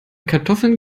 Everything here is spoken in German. kartoffeln